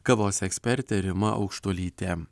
kavos ekspertė rima aukštuolytė